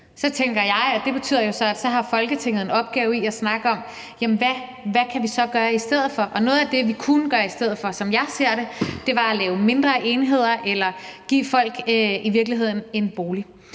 Så tænker jeg, at det jo så betyder, at Folketinget har en opgave i at snakke om, hvad vi så kan gøre i stedet for. Noget af det, vi kunne gøre i stedet for, som jeg ser det, var at lave mindre enheder eller i virkeligheden give